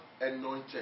anointed